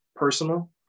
Personal